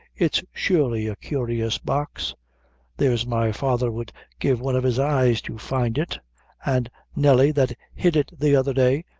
it's surely a curious box there's my father would give one of his eyes to find it an' nelly, that hid it the other day,